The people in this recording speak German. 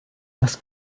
was